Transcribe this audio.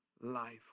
life